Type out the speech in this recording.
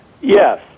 Yes